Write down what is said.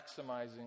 maximizing